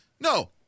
no